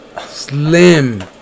Slim